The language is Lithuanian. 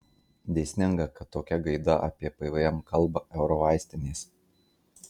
dėsninga kad tokia gaida apie pvm kalba eurovaistinės